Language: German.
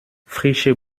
frische